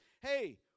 hey